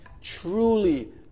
truly